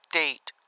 date